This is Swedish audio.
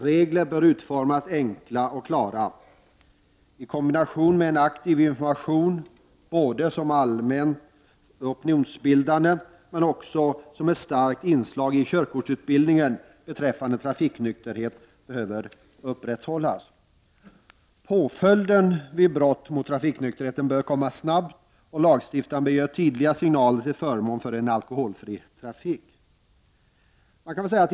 Regler bör utformas enkla och klara. En aktiv informationsverksamhet, både allmänt opinionsbildande och som ett starkt inslag i körkortsutbildningen beträffande trafiknykterhet, behöver upprätthållas. Påföljden vid brott mot trafiknykterheten bör komma snabbt, och lagstiftaren bör ge tydliga signaler till förmån för en alkoholfri trafik.